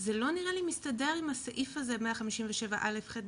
זה לא נראה לי מסתדר עם הסעיף הזה 157א' (ח'),